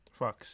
Fucks